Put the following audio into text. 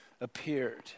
appeared